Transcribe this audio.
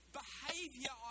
behavior